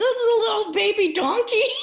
little little baby donkey!